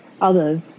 others